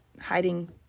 hiding